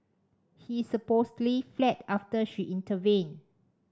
he supposedly fled after she intervened